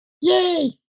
yay